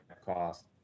cost